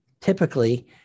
typically